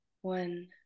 one